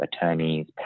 attorneys